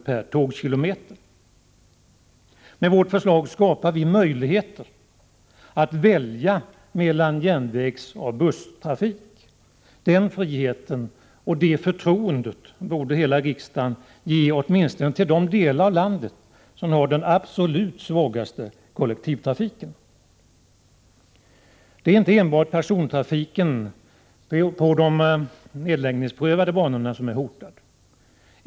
per tågkilometer. Med vårt förslag skapar vi möjligheter att välja mellan järnvägsoch busstrafik. Den friheten och det förtroendet borde hela riksdagen ge åtminstone till de delar av landet som har den absolut svagaste kollektivtrafiken. Det är inte enbart persontrafiken på de nedläggningsprövade banorna som är hotad.